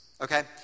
okay